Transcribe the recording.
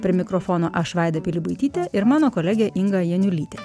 prie mikrofono aš vaida pilibaitytė ir mano kolegė inga janiulytė